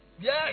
Yes